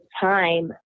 time